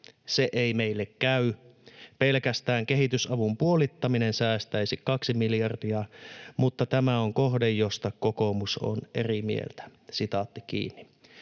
Se ei meille käy. Pelkästään kehitysavun puolittaminen säästäisi kaksi miljardia, mutta tämä on kohde, josta kokoomus on eri mieltä.” Näin